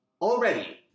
Already